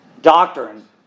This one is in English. doctrine